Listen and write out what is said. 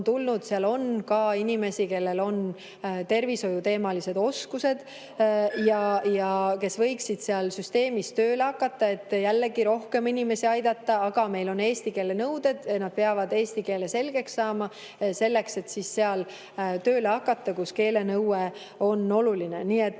tulnud, on ka inimesi, kellel on tervishoiu valdkonnas oskusi ja kes võiksid seal süsteemis tööle hakata, et jällegi rohkem inimesi aidata. Aga meil on eesti keele nõuded ja nad peavad eesti keele selgeks saama, et seal tööle hakata, kus keelenõue on oluline. Nii et